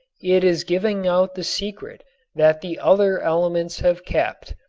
it is giving out the secret that the other elements have kept.